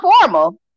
formal